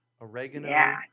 oregano